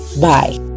bye